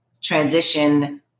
transition